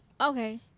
Okay